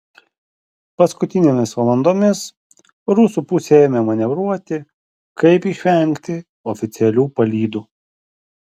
paskutinėmis valandomis rusų pusė ėmė manevruoti kaip išvengti oficialių palydų